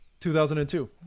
2002